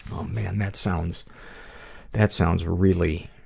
oh man, that sounds that sounds really,